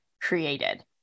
created